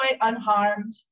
unharmed